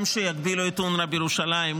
שגם יגבילו את אונר"א בירושלים,